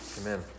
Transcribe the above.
Amen